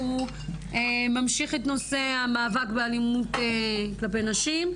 שהוא ממשיך את נושא המאבק באלימות כלפי נשים.